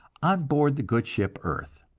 on board the good ship earth.